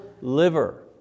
liver